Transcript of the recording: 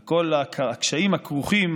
על כל הקשיים הכרוכים,